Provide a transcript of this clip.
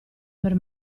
per